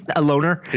a loner